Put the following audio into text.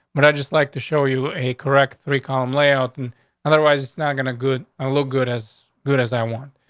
but i just like to show you a correct three column layout. and otherwise, it's not going too good a look. good. as good as i want.